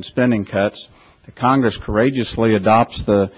and spending cuts congress courageously adopts the